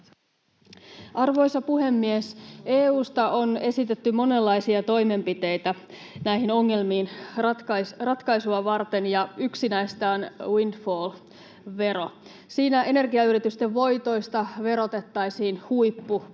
Arvoisa puhemies! EU:sta on esitetty monenlaisia toimenpiteitä näihin ongelmiin ratkaisua varten, ja yksi näistä on windfall-vero. Siinä energiayritysten voitoista verotettaisiin huippu